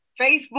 Facebook